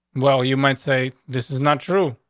well, you might say this is not true,